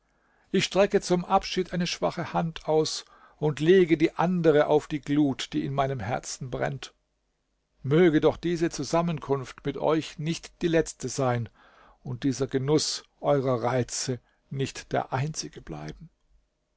ich strecke zum abschied eine schwache hand aus und legte die andere auf die glut die in meinem herzen brennt möge doch diese zusammenkunft mit euch nicht die letzte sein und dieser genuß eurer reize nicht der einzige bleiben